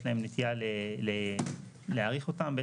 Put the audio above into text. יש להם נטייה להאריך אותם,